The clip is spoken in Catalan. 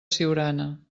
siurana